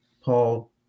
Paul